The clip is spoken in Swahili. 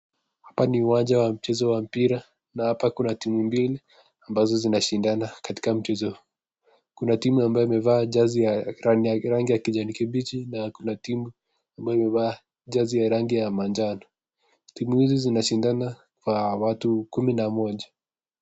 Hapa ni uwanja wa mchezo wa mpira na hapa kuna timu mbili ambazo zinashindana katika mchezo. Kuna timu ambayo imevaa jazi ya rangi ya kijani kibichi na kuna timu ambayo imevaa jazi ya rangi ya manjano. Timu hizi zinashindana kwa watu kumi na moja.